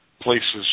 places